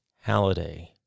Halliday